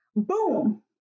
Boom